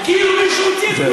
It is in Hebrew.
ניצלתם